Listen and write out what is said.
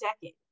decade